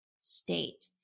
state